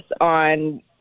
on